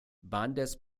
bandes